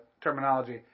terminology